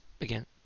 again